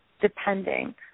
depending